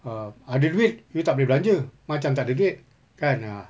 um ada duit you tak boleh belanja macam tak ada duit kan ah